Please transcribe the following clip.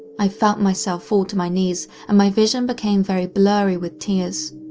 i felt myself fall to my knees and my vision became very blurry with tears.